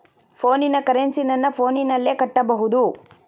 ಫೋನಿನ ಕರೆನ್ಸಿ ನನ್ನ ಫೋನಿನಲ್ಲೇ ಕಟ್ಟಬಹುದು?